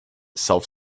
self